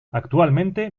actualmente